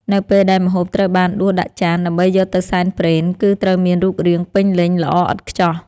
នៅពេលដែលម្ហូបត្រូវបានដួសដាក់ចានដើម្បីយកទៅសែនព្រេន គឺត្រូវមានរូបរាងពេញលេញល្អឥតខ្ចោះ។